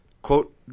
Quote